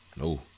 No